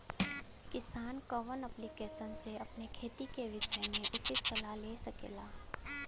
किसान कवन ऐप्लिकेशन से अपने खेती के विषय मे उचित सलाह ले सकेला?